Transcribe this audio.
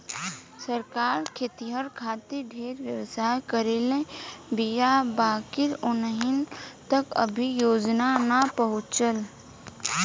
सरकार खेतिहर खातिर ढेरे व्यवस्था करले बीया बाकिर ओहनि तक अभी योजना ना पहुचल